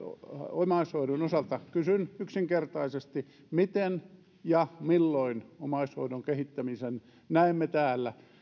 omaishoidon osalta kysyn yksinkertaisesti miten ja milloin omaishoidon kehittämisen näemme täällä